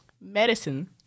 medicine